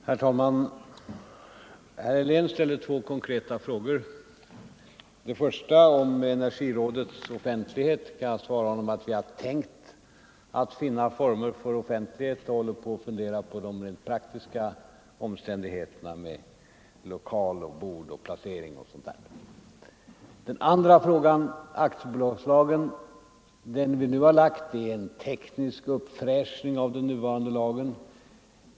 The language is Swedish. Herr talman! Herr Helén ställde två konkreta frågor. På den första, om energirådets offentlighet, kan jag svara honom att vi har tänkt att finna former för offentlighet och håller på att fundera på de rent praktiska omständigheterna: lokal, bord, placering och sådant. Den andra frågan gällde aktiebolagslagen. Det förslag vi nu har lagt fram är en teknisk uppfräschning av den nuvarande lagen.